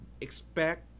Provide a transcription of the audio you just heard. expect